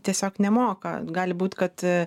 tiesiog nemoka gali būt kad